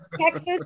Texas